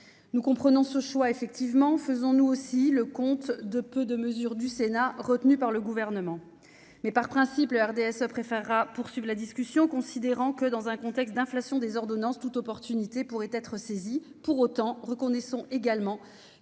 nous comprenons ce choix effectivement faisons nous aussi le compte de peu de mesures du Sénat retenu par le gouvernement mais par principe le RDSE préférera Poursuivre la discussion, considérant que dans un contexte d'inflation des ordonnances toute opportunité pourrait être saisie pour autant reconnaissons également